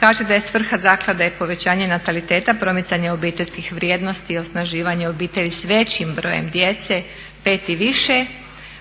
kaže da je svrha zaklade povećanje nataliteta, promicanje obiteljskih vrijednosti i osnaživanje obitelji s većim brojem djece, 5 i više,